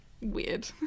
weird